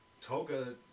Toga